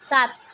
सात